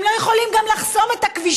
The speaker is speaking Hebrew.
הם גם לא יכולים לחסום את הכבישים,